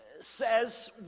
says